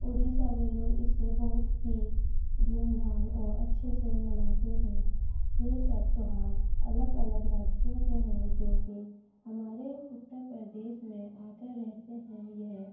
اڑیشہ کے لوگ اسے بہت ہی دھوم دھام اور اچھے سے مناتے ہیں یہ سب تہوار الگ الگ راجیوں کے ہیں جو کہ ہمارے اتر پردیش میں آ کر رہتے ہیں یہ